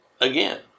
again